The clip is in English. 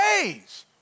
days